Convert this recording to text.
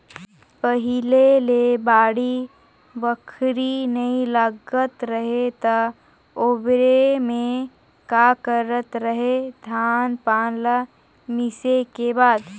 पहिले ले बाड़ी बखरी नइ लगात रहें त ओबेरा में का करत रहें, धान पान ल मिसे के बाद